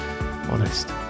Honest